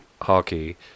hockey